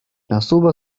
nasuwa